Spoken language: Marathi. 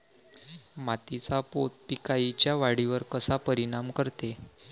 मातीचा पोत पिकाईच्या वाढीवर कसा परिनाम करते?